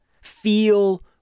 Feel